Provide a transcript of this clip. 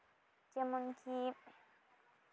ᱡᱮᱢᱚᱱ ᱠᱤ